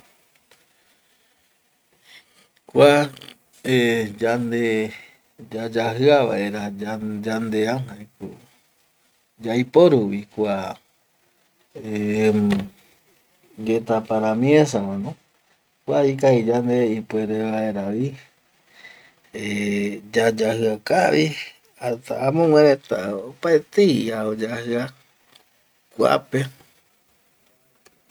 Kua yande yayajia vaera yandea jaeko yaiporuvi kua yetapa ramiesavano, kua ikavi yande ipuere vaeravi eh yayajia kavi hasta amoguereta opaetei ia oyajia kuape